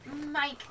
Mike